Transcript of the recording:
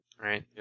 Right